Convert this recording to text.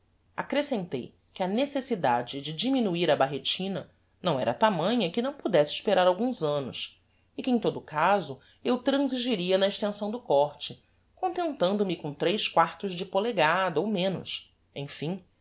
accrescentei que a necessidade de diminuir a barretina não era tamanha que não pudesse esperar alguns annos e que em todo caso eu transigiria na extensão do córte contentando me com tres quartos de polegada ou menos emfim